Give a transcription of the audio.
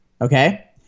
okay